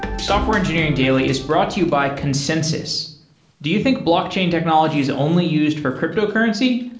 software engineering daily is brought to you by consensys do you think blockchain technology is only used for cryptocurrency?